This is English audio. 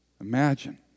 Imagine